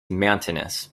mountainous